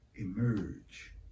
emerge